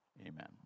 Amen